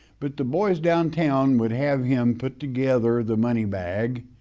but the boys downtown would have him put together the money bag,